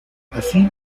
así